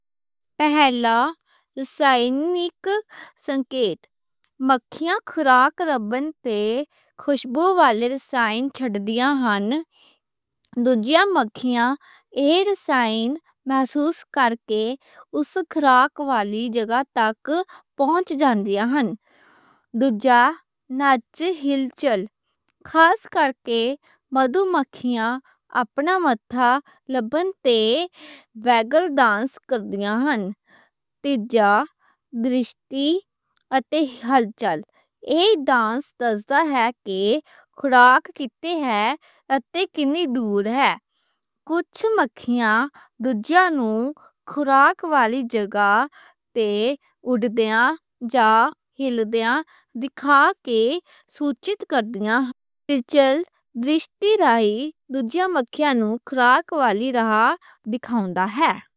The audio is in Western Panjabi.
پہلا تے کیمیکل سگنلز مکھیاں خوراک لبن تے خوشبو والے سگنلز چھڈ دِندیاں ہن۔ دوجھا مکھیاں ایہ سگنلز محسوس کرکے اوس خوراک والی جگہ تک پہنچ جان دیا ہن۔ تیجا ناچ ہل چال خاص کرکے مکھیاں متھے تے ویگل ڈانس کر دیا ہن۔ تیجا درِشتی اتے ہل چال اک ڈانس دسدا ہے کہ خوراک کِنّی ہے، اتے کِنی دُور ہے۔ کجھ مکھیاں دوجھیاں نوں خوراک والی جگہ تے اُڈدیاں جا ہِلدیاں دِکھا کے سُچیت کر دیا ہن ہل چال درِشتی رہین دوجیاں مکھیاں نوں خوراک والی راہ دِکھاؤندا ہے۔